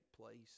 place